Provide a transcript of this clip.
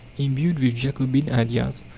imbued with jacobin ideas,